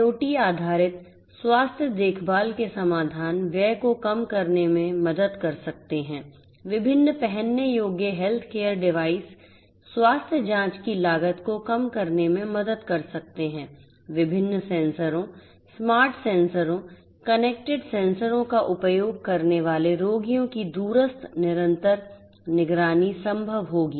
IIoT आधारित स्वास्थ्य देखभाल के समाधान व्यय को कम करने में मदद कर सकते हैं विभिन्न पहनने योग्य हेल्थकेयर डिवाइस स्वास्थ्य जांच की लागत को कम करने में मदद कर सकते हैं विभिन्न सेंसरों स्मार्ट सेंसरों कनेक्टेड सेंसरों का उपयोग करने वाले रोगियों की दूरस्थ निरंतर निगरानी संभव होगी